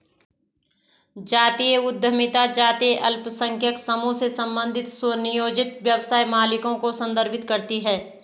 जातीय उद्यमिता जातीय अल्पसंख्यक समूहों से संबंधित स्वनियोजित व्यवसाय मालिकों को संदर्भित करती है